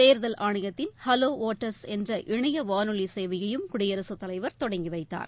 தேர்தல் ஆணையத்தின் hello voters என்கிற இணைய வானொலி சேவையையும் குடியரசுத் தலைவர் தொடங்கி வைத்தார்